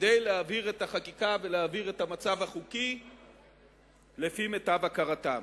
כדי להעביר את החקיקה ולהעביר את המצב החוקי לפי מיטב הכרתם.